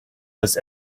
was